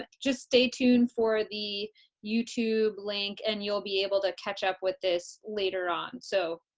but just stay tuned for the youtube link and you'll be able to catch up with this later on, so.